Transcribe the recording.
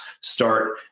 start